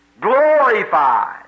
glorified